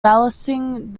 balancing